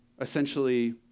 essentially